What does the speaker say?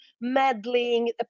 meddling